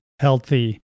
healthy